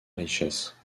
richesse